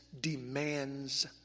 demands